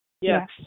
Yes